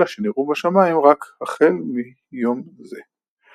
אלא שנראו בשמים רק החל מיום זה.